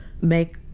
make